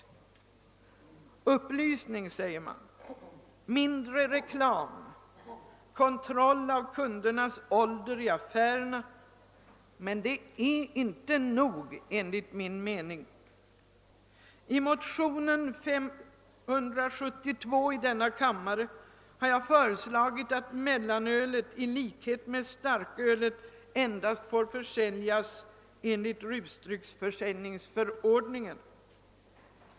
Man säger att det behövs upplysning, mindre reklam, kontroll av kundernas ålder i affärerna, men enligt min mening är detta inte nog. I motion II: 572 har jag föreslagit, att mellanölet i likhet med starkölet endast får försäljas enligt rusdrycksförsäljningsförordningen.